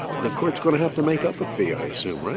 the court's going to have to make up a fee, i assume, right?